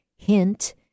Hint